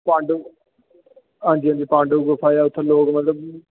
पाड़व हंजी हंजी पाड़व गुफा ऐ उत्थै लोक मतलब कि